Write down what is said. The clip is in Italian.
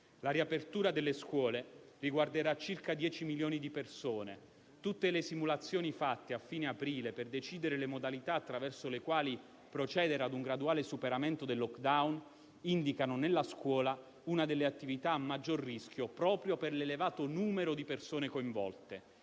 La riapertura delle scuole riguarderà circa 10 milioni di persone. Tutte le simulazioni fatte a fine aprile per decidere le modalità attraverso le quali procedere a un graduale superamento del *lockdown* indicano nella scuola una delle attività a maggior rischio proprio per l'elevato numero di persone coinvolte.